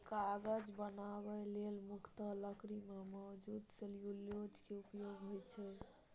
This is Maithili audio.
कागज बनबै लेल मुख्यतः लकड़ी मे मौजूद सेलुलोज के उपयोग होइ छै